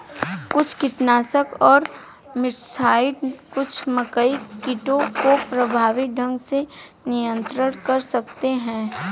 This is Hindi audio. कुछ कीटनाशक और मिटसाइड्स कुछ मकई कीटों को प्रभावी ढंग से नियंत्रित कर सकते हैं